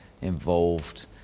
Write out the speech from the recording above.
involved